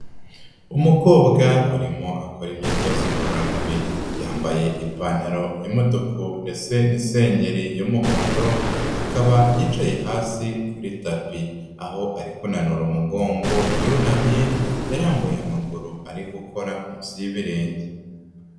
Umukobwa urimo akora imyitozo ngororamubiri yambaye ipantaro y'umutuku ndetse n'isengeri y'umuhondo akaba yicaye hasi kuri tapi aho ari kunanura umugongo yunamye yarambuye amaguru ari gukora munsi y'ibirenge.